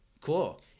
Cool